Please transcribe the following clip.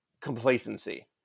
complacency